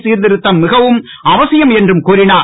சிர்திருத்தம் மிகவும் அவசியம் என்றும் கூறினார்